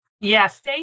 Yes